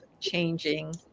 changing